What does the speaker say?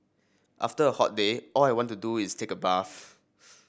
after a hot day all I want to do is take a bath